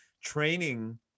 training